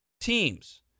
teams